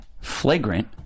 Flagrant